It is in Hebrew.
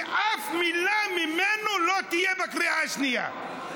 שאף מילה ממנו לא תהיה בקריאה השנייה.